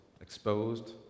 exposed